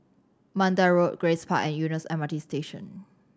Mandai Road Grace Park and Eunos M R T Station